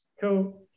Cool